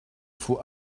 faut